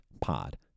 pod